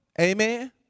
Amen